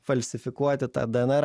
falsifikuoti tą dnr